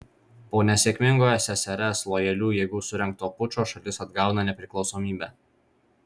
po nesėkmingo ssrs lojalių jėgų surengto pučo šalis atgauna nepriklausomybę